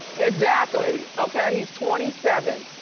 exactly, okay, he's twenty seven.